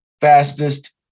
fastest